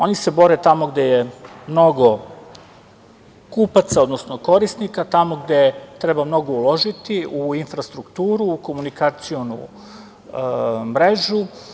Oni se bore tamo gde je mnogo kupaca, odnosno korisnika, tamo gde treba mnogo uložiti u infrastrukturu, u komunikacionu mrežu.